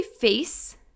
face